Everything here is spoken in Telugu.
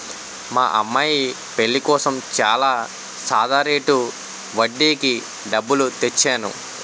మా అమ్మాయి పెళ్ళి కోసం చాలా సాదా రేటు వడ్డీకి డబ్బులు తెచ్చేను